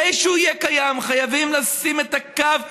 כדי שהוא יהיה קיים חייבים לשים את הקו המאוד-ברור,